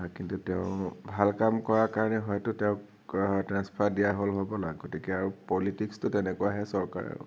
কিন্তু তেওঁ ভাল কাম কৰাৰ কাৰণে হয়তো তেওঁক ট্ৰেঞ্চফাৰ দিয়া হ'ল হ'বলা গতিকে আৰু পলিটিক্সটো তেনেকুৱাহে চৰকাৰেও